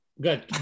Good